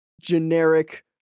generic